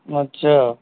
अच्छा